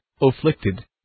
afflicted